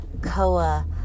Koa